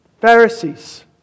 Pharisees